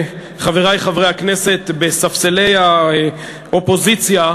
חברי חברי הכנסת בספסלי האופוזיציה,